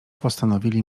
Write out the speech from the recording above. postanowili